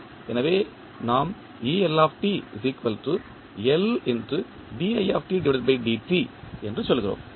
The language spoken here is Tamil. எனவே நாம் என்று சொல்கிறோம்